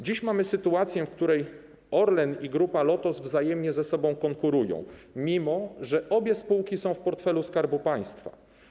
Dziś mamy sytuację, w której Orlen i Grupa Lotos wzajemnie ze sobą konkurują, mimo że obie spółki są w portfelu Skarbu Państwa.